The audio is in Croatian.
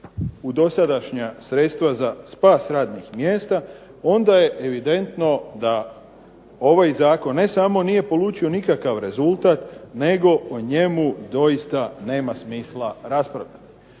u dosadašnja sredstva za spas radnih mjesta onda je evidentno da ovaj zakon ne samo da nije polučio nikakav rezultat, nego po njemu doista nema smisla raspravljati.